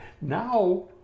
Now